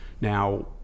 Now